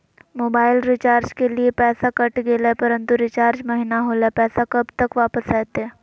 Mobile recharge के लिए पैसा कट गेलैय परंतु रिचार्ज महिना होलैय, पैसा कब तक वापस आयते?